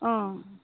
অঁ